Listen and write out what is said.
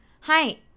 hi